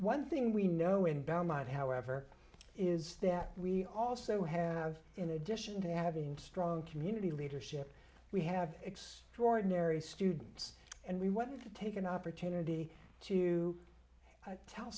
one thing we know in belmont however is that we also have in addition to having strong community leadership we have extraordinary students and we want to take an opportunity to tell